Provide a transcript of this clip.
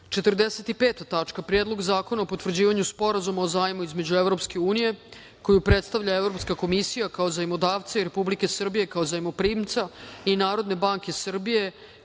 reda - Predlog zakona o potvrđivanju Sporazuma o zajmu između Evropske unije, koju predstavlja Evropska komisija, kao zajmodavca i Republike Srbije, kao zajmoprimca i Narodne banke Srbije,